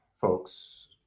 folks